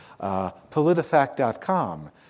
politifact.com